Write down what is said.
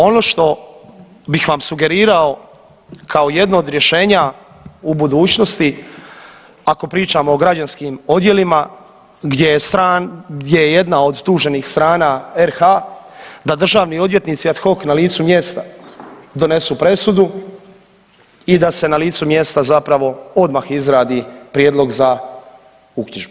Ono što bih vam sugerirao kao jedno od rješenja u budućnosti, ako pričamo o građanskim odjelima gdje je jedna od tuženih strana RH da državni odvjetnici ad hoc na licu mjesta donesu presudu i da se na licu mjesta zapravo odmah izradi prijedlog za uknjižbu.